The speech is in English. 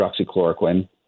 hydroxychloroquine